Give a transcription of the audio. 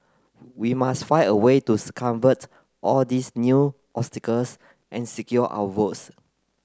we must find a way to circumvent all these new obstacles and secure our votes